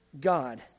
God